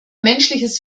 menschliches